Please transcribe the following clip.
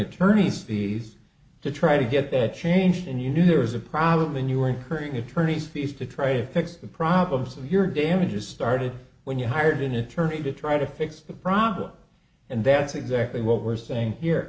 attorneys fees to try to get that changed and you knew there was a problem and you were incurring attorneys fees to try to fix the problems of your damages started when you hired an attorney to try to fix the problem and that's exactly what we're saying here